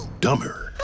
dumber